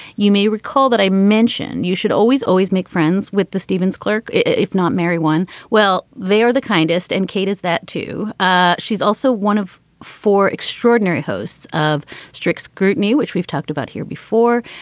you may recall that i mentioned you should always always make friends with the stevens clerk, if not mary one. well, they are the kindest. and kate is that, too. ah she's also one of four extraordinary hosts of strict scrutiny, which we've talked about here before.